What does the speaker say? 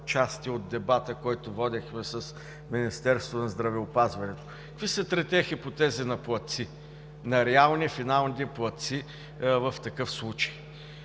части от него, който водихме с Министерството на здравеопазването. Какви са трите хипотези на платци, на реални финални платци в такъв случай?